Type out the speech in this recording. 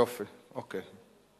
יופי, אוקיי.